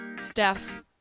Steph